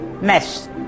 mess